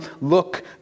look